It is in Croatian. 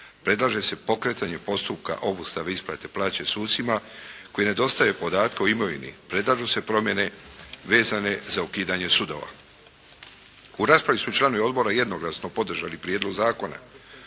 Predlaže se pokretanje postupka obustave plaće sucima koji ne dostave podatke o imovini, predlažu se promjene vezane za ukidanje sudova. U raspravi su članovi odbora jednoglasno podržali prijedlog zakona